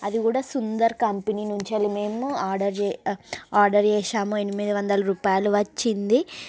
అది కూడా సుందర్ కంపెనీ నుంచి వెళ్లి మేము ఆర్డర్ చే ఆర్డర్ చేసాము ఎనిమిది వందల రూపాయలు వచ్చింది